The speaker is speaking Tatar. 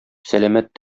сәламәт